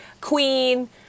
queen